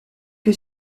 que